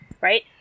right